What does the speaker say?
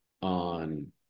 on